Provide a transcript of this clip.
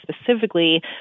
specifically